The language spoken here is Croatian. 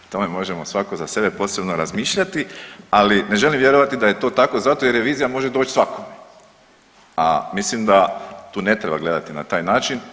Tome možemo svako za sebe posebno razmišljati ali ne želim vjerovati da je to tako zato jer revizija može doći svakome, a mislim da tu ne treba gledati na taj način.